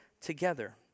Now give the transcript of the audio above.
together